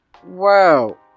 Wow